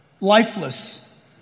lifeless